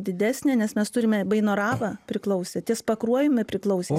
didesnė nes mes turime bainoravą priklausė ties pakruojumi priklausė